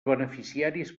beneficiaris